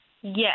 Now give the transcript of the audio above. Yes